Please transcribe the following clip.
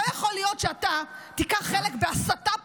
לא יכול להיות שאתה תיקח חלק בהסתה פרועה,